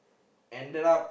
ended up